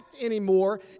anymore